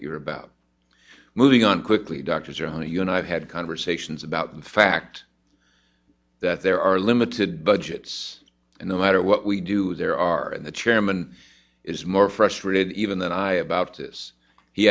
that you're about moving on quickly doctors are united had conversations about the fact that there are limited budgets and no matter what we do there are and the chairman is more frustrated even then i about this he